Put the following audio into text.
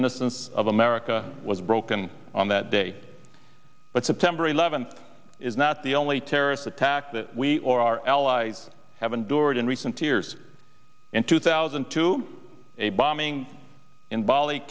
innocence of america was broken on that day but september eleventh is not the only terrorist attack that we or our allies have endured in recent years in two thousand to a bombing in bali